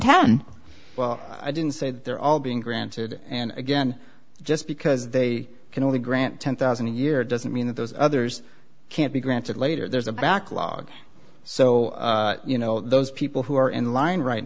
ten well i didn't say that they're all being granted and again just because they can only grant ten thousand a year doesn't mean that those others can't be granted later there's a backlog so you know those people who are in line right